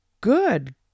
Good